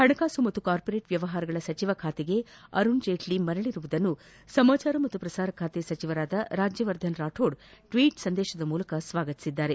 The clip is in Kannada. ಹಣಕಾಸು ಮತ್ತು ಕಾರ್ಮೊರೇಟ್ ವ್ಯವಹಾರಗಳ ಸಚಿವ ಖಾತೆಗೆ ಅರುಣ್ ಜೇಟ್ಲಿ ಮರಳಿರುವುದನ್ನು ಸಮಾಜಾರ ಮತ್ತು ಪ್ರಸಾರ ಖಾತೆ ಸಚಿವ ರಾಜ್ಯವರ್ಧನ್ ರಾಥೋಡ್ ಟ್ಲೀಟ್ ಸಂದೇಶದ ಮೂಲಕ ಸ್ವಾಗತಿಸಿದ್ದಾರೆ